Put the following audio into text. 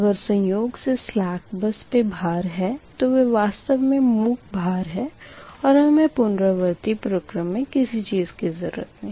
अगर संयोग से सलेक बस पे भार है तो वो वास्तव मे मूक भार है और हमें पुनरावर्ती प्रक्रम मे किसी चीज़ की ज़रूरत नहीं